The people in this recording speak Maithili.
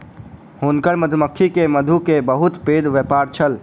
हुनकर मधुमक्खी के मधु के बहुत पैघ व्यापार छल